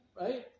right